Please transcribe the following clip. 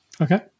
Okay